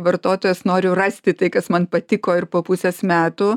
vartotojas nori rasti tai kas man patiko ir po pusės metų